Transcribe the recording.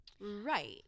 Right